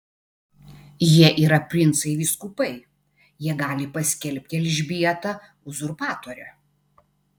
jie yra princai vyskupai jie gali paskelbti elžbietą uzurpatore